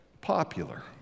popular